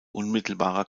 unmittelbarer